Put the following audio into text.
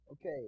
Okay